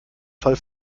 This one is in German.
fall